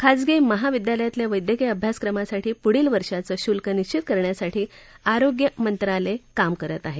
खाजगी महाविद्यालयातल्या वैद्यकिय अभ्यासक्रमासाठी पुढील वर्षाचं शुल्क निश्वित करण्यासाठी आरोग्य मंत्रालय आरोग्य मंत्रालय काम करत आहे